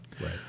Right